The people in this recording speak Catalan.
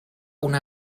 una